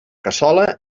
cassola